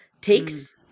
Takes